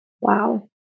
Wow